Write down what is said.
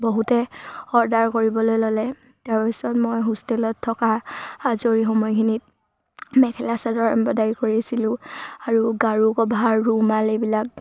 বহুতে অৰ্ডাৰ কৰিবলৈ ল'লে তাৰপিছত মই হোষ্টেলত থকা আজৰি সময়খিনিত মেখেলা চাদৰ এম্ব্ৰদাৰী কৰিছিলোঁ আৰু গাৰু কভাৰ ৰুমাল এইবিলাক